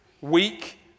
weak